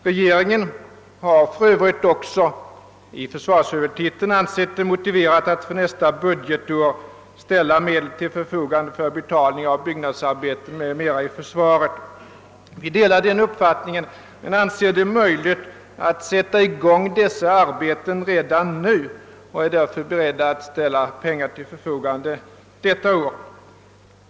Regeringen har för övrigt också ansett det motiverat att i försvarshuvudtiteln för nästa budgetår ställa medel till förfogande för byggnadsarbeten m.m. inom försvaret. Vi delar den uppfattningen men anser det möjligt att sätta i gång dessa arbeten redan nu och är därför beredda att ställa pengar till förfogande redan för detta budgetår.